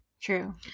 true